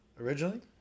Originally